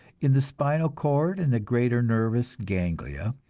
in the spinal cord and the greater nervous ganglia,